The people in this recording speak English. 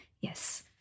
Yes